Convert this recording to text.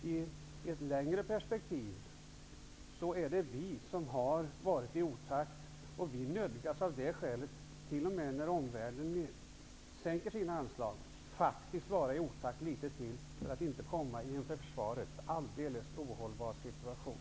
I ett längre perspektiv är det vi som har varit i otakt, och vi nödgas av det skälet att -- t.o.m. när omvärlden sänker sina anslag -- vara i otakt också litet till, för att inte komma i en för försvaret alldeles ohållbar situation.